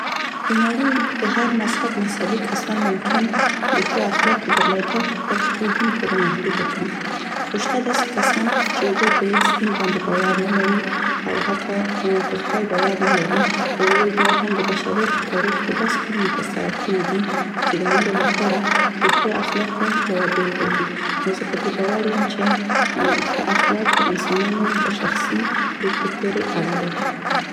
د نړۍ د هر مذهب مذهبي کسان ممکن د ښو اخلاقو درلودل تر خپل دین پورې محدوده کړي، خو شته داسې کسان چې هغوی په هیڅ دین باندې باور نه لري او حتی په خدای باور نه لري خو هغوی بیا هم د بشریت په تاریخ کې داسې کړنې تر سره کړې دي چې د نورو لپاره د ښو اخلاقو یوه بیلګه دي نو زه په دې باور یم چې ښه اخلاق د انسانانو په شخصي پریکړو پورې اړه لري.